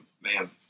man